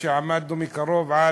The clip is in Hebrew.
עמדנו מקרוב על